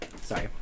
Sorry